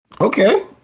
Okay